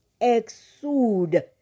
Exude